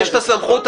יש גבול, נכון.